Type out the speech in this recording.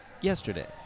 yesterday